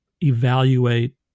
evaluate